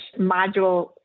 module